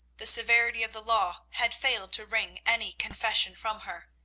the severity of the law had failed to wring any confession from her.